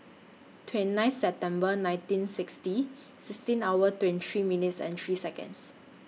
twenty nine September nineteen sixty sixteen hours twenty three minutes three Seconds